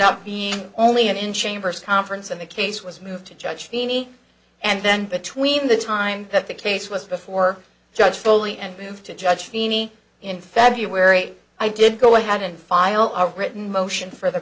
up being only in chambers conference and the case was moved to judge feeney and then between the time that the case was before judge foley and moved to judge feeney in february i did go ahead and file our written motion for the